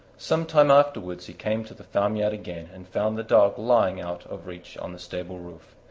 some time afterwards he came to the farmyard again, and found the dog lying out of reach on the stable roof.